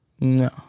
No